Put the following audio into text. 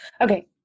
okay